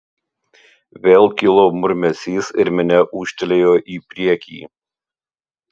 vėl kilo murmesys ir minia ūžtelėjo į priekį